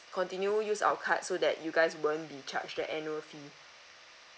continue use our card so that you guys won't be charged the annual fee